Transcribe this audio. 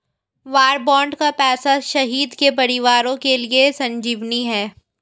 वार bond का पैसा शहीद के परिवारों के लिए संजीवनी है